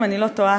אם אני לא טועה,